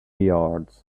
yards